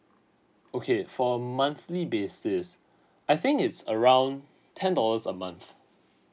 okay for monthly basis I think it's around ten dollars a month